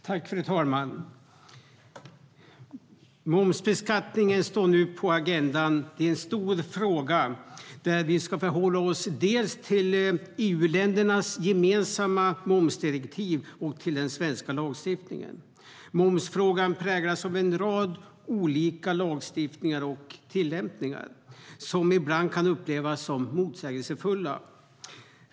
Fru talman! Momsbeskattningen står nu på agendan. Det är en stor fråga, där vi ska förhålla oss till EU-ländernas gemensamma momsdirektiv och till den svenska lagstiftningen. Momsfrågan präglas av en rad olika lagstiftningar och tillämpningar som ibland kan upplevas som motsägelsefulla.